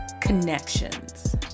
connections